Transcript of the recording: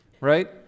right